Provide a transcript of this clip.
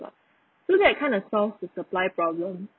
[what] so that kind of solve the supply problem